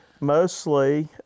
mostly